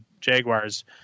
Jaguars